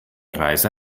reise